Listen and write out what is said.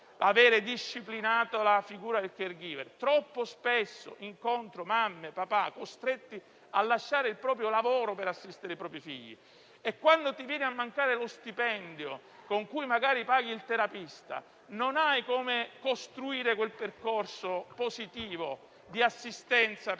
volerle disciplinare. Troppo spesso incontro mamme e papà costretti a lasciare il proprio lavoro per assistere i propri figli. E quando ti viene a mancare lo stipendio, con cui magari paghi il terapista, non hai come costruire quel percorso positivo di assistenza per